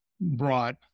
brought